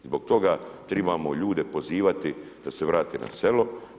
Zbog toga trebamo ljude pozivati da se vrate na selo.